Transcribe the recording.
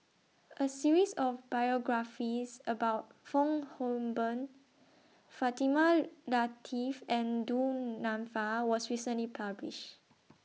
A series of biographies about Fong Hoe Beng Fatimah Lateef and Du Nanfa was recently published